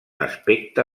aspecte